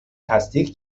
تصدیق